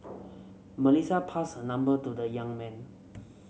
Melissa passed her number to the young man